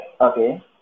Okay